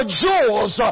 jewels